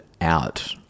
out